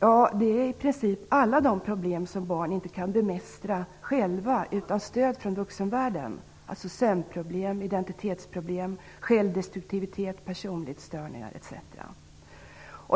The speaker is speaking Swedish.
Ja, i princip alla de problem som barn inte kan bemästra själva, utan stöd från vuxenvärlden: sömnproblem, identitetsproblem, självdestruktivitet, personlighetsstörningar, etc.